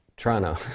Toronto